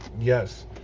Yes